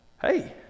Hey